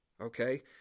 okay